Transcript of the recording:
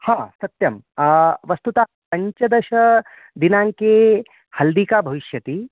हा सत्यं वस्तुतः पञ्चदशदिनाङ्के हल्दिका भविष्यति